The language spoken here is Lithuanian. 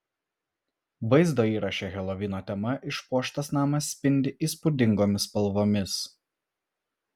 vaizdo įraše helovino tema išpuoštas namas spindi įspūdingomis spalvomis